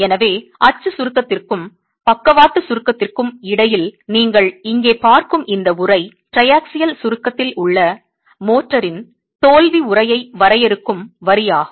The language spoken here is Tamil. எனவே அச்சு சுருக்கத்திற்கும் பக்கவாட்டு சுருக்கத்திற்கும் இடையில் நீங்கள் இங்கே பார்க்கும் இந்த உறை ட்ரையாக்ஸியல் சுருக்கத்தில் உள்ள மோர்டாரின் தோல்வி உறையை வரையறுக்கும் வரியாகும்